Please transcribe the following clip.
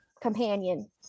companion